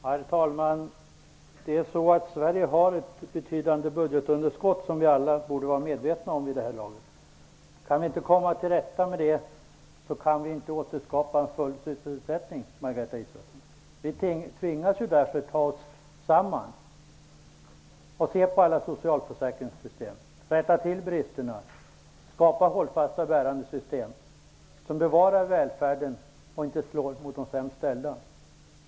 Herr talman! Sverige har ett betydande budgetunderskott, som vi alla borde vara medvetna om vid det här laget. Om vi inte kan komma till rätta med det kan vi inte återskapa full sysselsättning, Margareta Israelsson. Vi tvingas därför ta oss samman och se på alla socialförsäkringssystem, rätta till bristerna, skapa hållbara och bärande system, som bevarar välfärden och inte slår mot de sämst ställda.